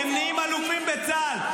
הם נהיים אלופים בצה"ל.